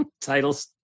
titles